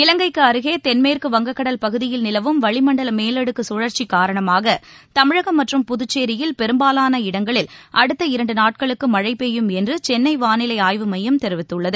இலங்கைக்கு அருகே தென்மேற்கு வங்கக்கடல் பகுதியில் நிலவும் வளிமண்டல மேலடுக்கு சுழற்சி காரணமாக தமிழகம் மற்றும் புதுச்சேரியில் பெரும்பாலான இடங்களில் அடுத்த இரண்டு நாட்களுக்கு மழை பெய்யும் என்று சென்னை வானிலை ஆய்வு மையம் தெரிவித்துள்ளது